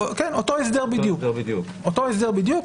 כן, אותו הסדר בדיוק יחול.